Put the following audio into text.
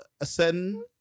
ascend